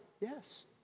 yes